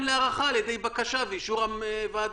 להארכה על ידי בקשה ואישור הוועדה.